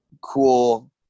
cool